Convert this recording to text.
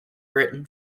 britain